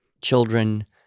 children